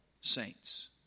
saints